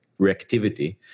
reactivity